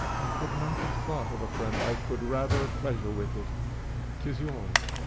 i could not have thought of a friend i could rather pleasure with it tis yours.